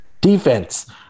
defense